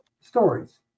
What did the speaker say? stories